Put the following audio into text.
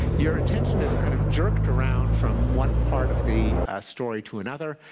your attention is kind of jerked around from one part of the story to another.